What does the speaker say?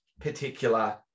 particular